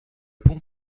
pont